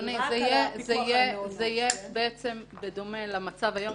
זה יהיה בדומה למצב היום.